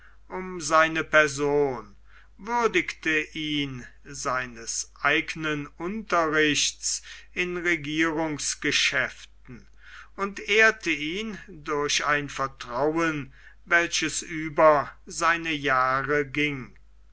um seine person würdigte ihn seines eignen unterrichts in regierungsgeschäften und ehrte ihn durch ein vertrauen welches über seine jahre ging